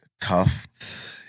Tough